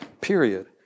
period